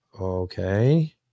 Okay